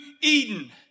Eden